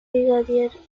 brigadier